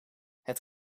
het